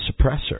suppressor